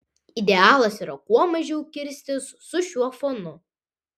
idealas yra kuo mažiau kirstis su šiuo fonu